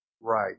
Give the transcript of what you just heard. Right